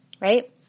right